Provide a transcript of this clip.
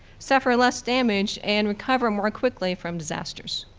suffer less damage and recover more quickly from disasters.